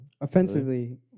Offensively